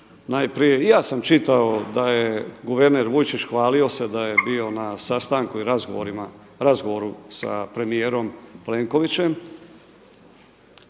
najprije i ja sam čitao da je guverner Vujčić hvalio se da je bio na sastanku i razgovoru sa premijerom Plenkovićem.